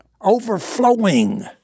overflowing